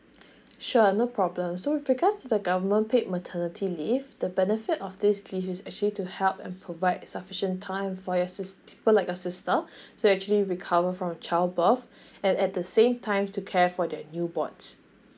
sure no problem so with regards to the government paid maternity leave the benefit of this leave is actually to help and provide sufficient time for your sis~ people like your sister so actually recover from her child birth and at the same time to care for that you born